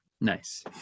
Nice